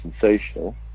sensational